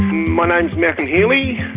my name's malcolm healey,